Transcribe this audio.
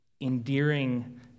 endearing